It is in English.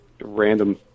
random